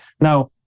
now